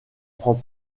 prend